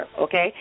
okay